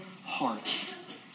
hearts